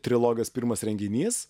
trilogijos pirmas renginys